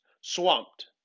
swamped